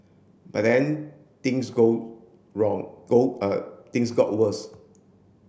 but then things go wrong go things got worse